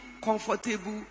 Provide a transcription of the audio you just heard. comfortable